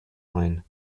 line